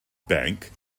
bank